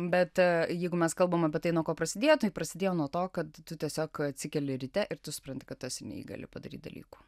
bet jeigu mes kalbam apie tai nuo ko prasidėjo tai prasidėjo nuo to kad tu tiesiog atsikeli ryte ir tu supranti kad esi neįgali padaryti dalykų